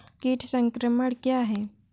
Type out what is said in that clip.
कीट संक्रमण क्या है?